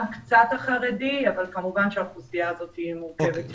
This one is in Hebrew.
גם קצת החרדי אבל כמובן שהאוכלוסייה הזאת מורכבת יותר.